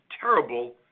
terrible